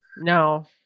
No